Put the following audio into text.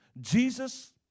Jesus